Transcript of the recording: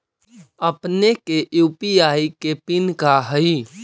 अपने के यू.पी.आई के पिन का हई